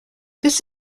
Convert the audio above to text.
this